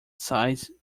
size